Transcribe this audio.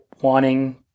wanting